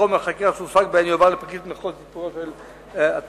שחומר החקירה שהושג בהן יועבר לפרקליט מחוז לטיפולו של הפרקליט.